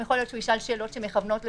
יכול להיות שהוא ישאל שאלות שמכוונות לשם,